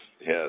yes